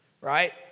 Right